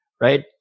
right